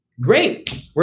great